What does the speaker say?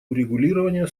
урегулирования